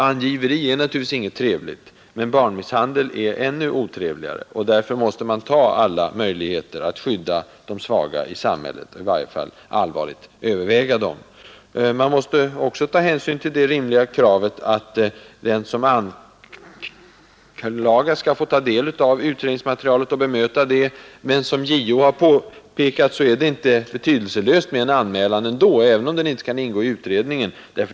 Angiveri är naturligtvis ingenting trevligt, men barnmisshandel är ännu otrevligare, och därför måste man allvarligt överväga alla möjligheter att skydda de svaga i samhället. Man måste också ta hänsyn till det rimliga kravet att den som anklagas skall få ta del av utredningsmaterialet och bemöta det. Men, som JO har påpekat, en anmälan är inte betydelselös även om den inte kan ingå i utredningen.